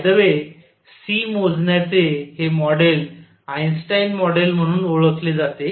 bye the way C मोजण्याचे हे model Einstein model म्हणून ओळखले जाते